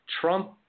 Trump